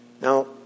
Now